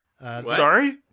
Sorry